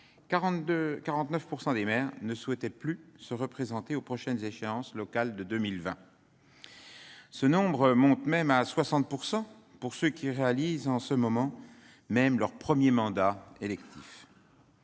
49 % des maires ne souhaitaient pas se représenter aux échéances locales de 2020. Ce nombre atteint même 60 % pour ceux qui réalisent en ce moment même leur premier mandat électif.